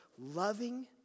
loving